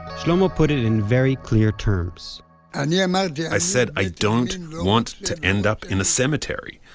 shlomo put it in very clear terms and yeah um ah yeah i said, i don't want to end up in a cemetery.